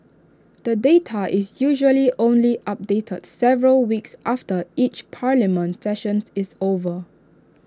the data is usually only updated several weeks after each parliament sessions is over